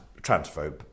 transphobe